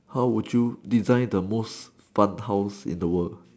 how would you design the most fun house in the world